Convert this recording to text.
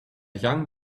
young